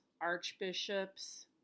archbishops